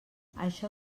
això